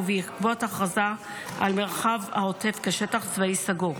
ובעקבות הכרזה על מרחב העוטף כשטח צבאי סגור.